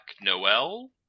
Noel